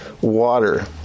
water